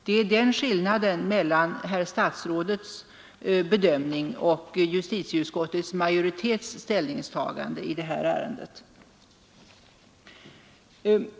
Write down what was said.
Det är skillnaden mellan herr statsrådets bedömning och justitieutskottets majoritets ställningstagande i det här ärendet.